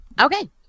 Okay